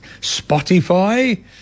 Spotify